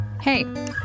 Hey